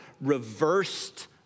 reversed